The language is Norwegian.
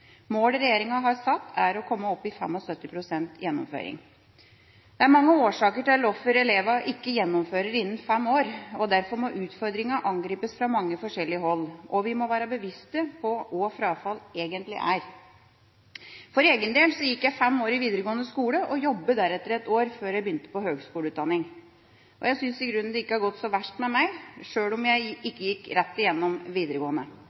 Målet regjeringa har satt, er å komme opp i 75 pst. gjennomføring. Det er mange årsaker til at elevene ikke gjennomfører innen fem år. Derfor må utfordringa angripes fra mange forskjellige hold, og vi må være bevisst på hva frafall egentlig er. For egen del gikk jeg fem år i videregående skole og jobbet deretter ett år, før jeg begynte på høgskoleutdanning. Jeg synes i grunnen ikke det har gått så verst med meg, sjøl om jeg ikke gikk rett igjennom videregående.